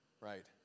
right